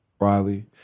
Riley